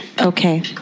Okay